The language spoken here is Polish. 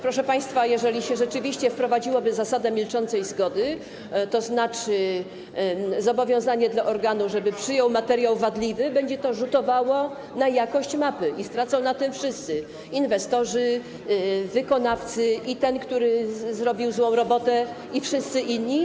Proszę państwa, jeżeli rzeczywiście wprowadziłoby się zasadę milczącej zgody, tzn. zobowiązanie dla organu, żeby przyjął wadliwy materiał, będzie to rzutowało na jakość mapy i stracą na tym wszyscy: inwestorzy, wykonawcy, ten, który zrobił złą robotę, i wszyscy inni.